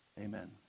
Amen